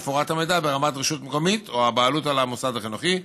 יפורט המידע ברמת רשות מקומית או הבעלות על המוסד החינוכי,